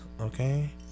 okay